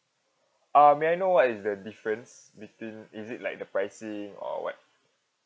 uh may I know what is the difference between is it like the pricing or [what]